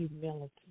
humility